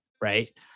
Right